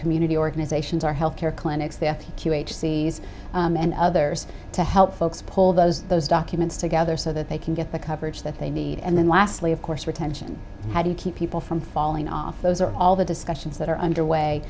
community organizations our health care clinics their cue agencies and others to help folks pull those those documents together so that they can get the coverage that they need and then lastly of course retention how do you keep people from falling off those are all the discussions that are underway